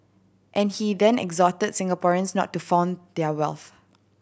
and he then exhorted Singaporeans not to flaunt their wealth